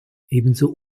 ebenso